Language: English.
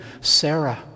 Sarah